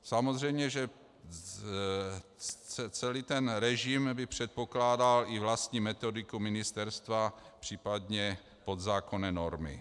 Samozřejmě že celý ten režim by předpokládal i vlastní metodiku ministerstva, případně podzákonné normy.